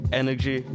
energy